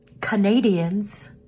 Canadians